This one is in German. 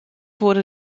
wurde